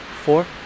four